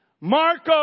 Marco